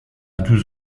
douze